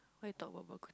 what you talk about